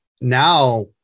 Now